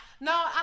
No